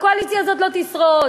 הקואליציה הזאת לא תשרוד,